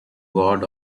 god